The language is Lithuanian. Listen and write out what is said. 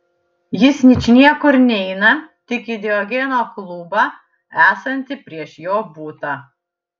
jis ničniekur neina tik į diogeno klubą esantį prieš jo butą